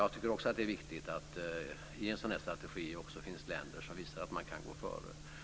Jag tycker också att det är viktigt att det i en sådan här strategi finns länder som visar att man kan gå före.